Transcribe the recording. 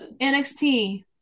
NXT